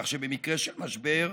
כך שבמקרה של משבר,